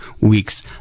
week's